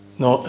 no